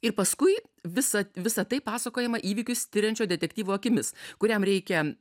ir paskui visa visa tai pasakojama įvykius tiriančio detektyvo akimis kuriam reikia